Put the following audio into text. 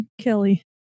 Kelly